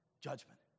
Judgment